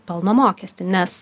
pelno mokestį nes